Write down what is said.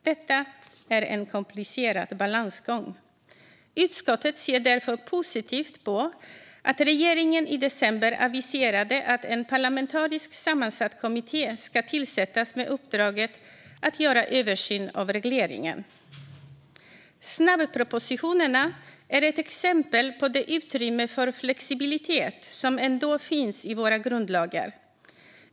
Detta är en komplicerad balansgång. Utskottet ser därför positivt på att regeringen i december aviserade att en parlamentariskt sammansatt kommitté ska tillsättas med uppdraget att göra en översyn av regleringen. Snabbpropositionerna är ett exempel på det utrymme för flexibilitet som ändå finns i våra grundlagar.